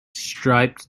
striped